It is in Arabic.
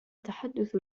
تحدث